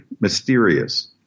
mysterious